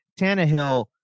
Tannehill